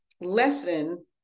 lesson